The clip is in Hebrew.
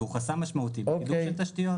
והוא חסם משמעותי בקידום תשתיות.